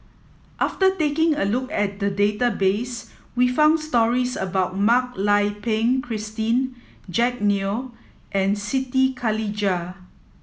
after taking a look at the database we found stories about Mak Lai Peng Christine Jack Neo and Siti Khalijah